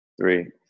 three